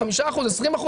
20%,